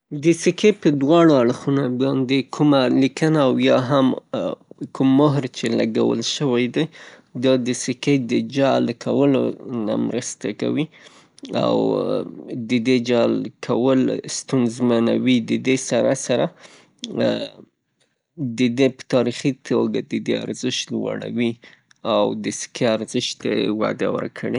دسکې په دواړو اړخونو کومه لیکنه او یا هم کوم مهر چه لګول شوی دی دا د سکې دا د سکې د جعل کولو نه مرسته کوي او د دې جعل کول ستونزمنوي، د دې سره سره د دې په تاریخي توګه ارزش لوړوي، او د سکې ارزش ته یې وده ورکړې.